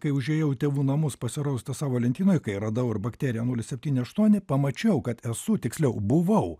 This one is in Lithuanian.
kai užėjau į tėvų namus pasirausti savo lentynoj radau ir bakteriją nulis septyni aštuoni pamačiau kad esu tiksliau buvau